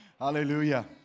Hallelujah